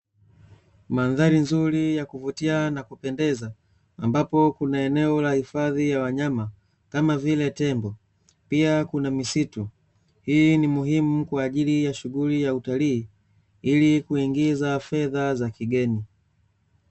Mandhari nzuri ya kuvutia na kupendeza ambapo kuna eneo la hifadhi ya wanyama kama vile tembo, pia kuna misitu. Hii ni muhimu kwaajili ya shughuli ya utalii ili kuingiza fedha za kigeni.